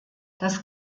das